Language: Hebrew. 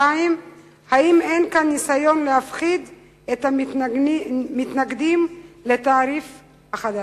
2. האם אין כאן ניסיון להפחיד את המתנגדים לתעריף החדש?